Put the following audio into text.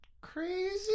crazy